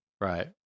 Right